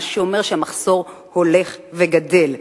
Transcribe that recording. מה שאומר שהמחסור הולך וגדל,